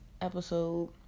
episode